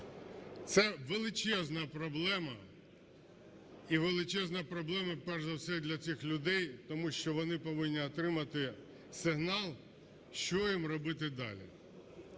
Це величезна проблема і величезна проблема перш за все для цих людей, тому що вони повинні отримати сигнал, що їм робити далі.